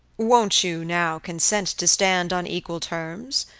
won't you, now, consent to stand on equal terms,